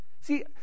See